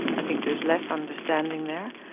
i think there is less understanding there,